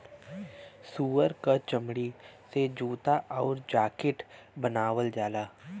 सूअर क चमड़ी से जूता आउर जाकिट बनावल जाला